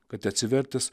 kad atsivertęs